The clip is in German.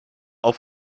auf